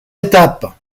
étapes